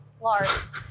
Lars